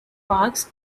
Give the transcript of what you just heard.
parks